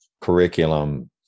curriculum